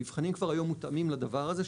המבחנים כבר היום מותאמים לדבר הזה,